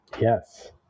Yes